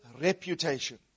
reputation